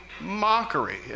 mockery